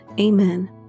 Amen